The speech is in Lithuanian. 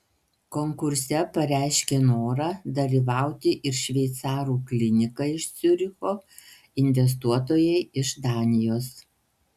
konkurse pareiškė norą dalyvauti ir šveicarų klinika iš ciuricho investuotojai iš danijos